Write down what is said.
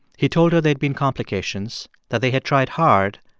he told her they'd been complications that they had tried hard,